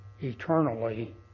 eternally